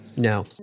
No